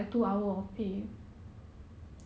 ah